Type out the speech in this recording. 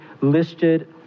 listed